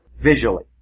visually